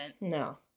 No